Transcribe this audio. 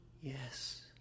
Yes